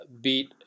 beat